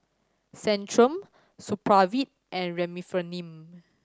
Centrum Supravit and Remifemin